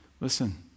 Listen